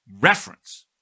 reference